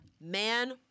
man